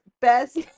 best